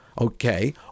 Okay